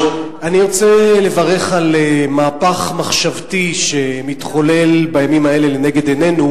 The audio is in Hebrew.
אני רוצה לברך על מהפך מחשבתי שמתחולל בימים האלה לנגד עינינו,